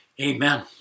amen